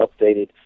updated